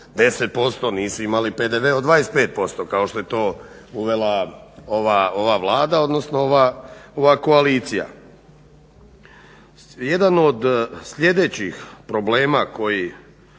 10%, nisu imali PDV od 25% kao što je to uvela ova Vlada, odnosno ova Koalicija. Jedan od sljedećih problema koji